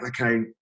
okay